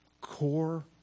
core